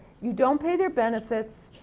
you don't pay their benefits.